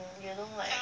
you don't like